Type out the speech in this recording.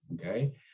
okay